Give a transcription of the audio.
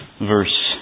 verse